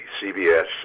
CBS